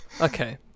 okay